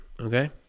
Okay